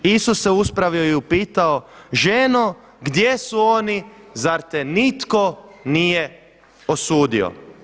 Isus se uspravio i upitao ženo gdje su oni zar te nitko nije osudio?